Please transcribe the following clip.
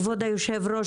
כבוד היושב-ראש,